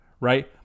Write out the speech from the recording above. right